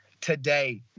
today